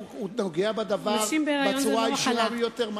והוא נוגע בדבר בצורה הישירה ביותר.